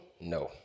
No